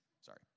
Sorry